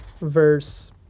verse